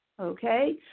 Okay